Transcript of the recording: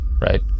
right